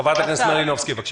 חברת הכנסת מלינובסקי, בבקשה.